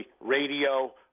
radio